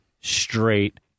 straight